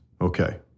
okay